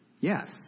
yes